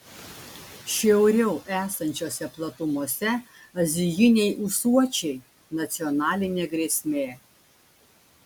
šiauriau esančiose platumose azijiniai ūsuočiai nacionalinė grėsmė